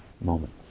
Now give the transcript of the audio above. moment